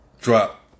drop